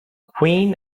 queen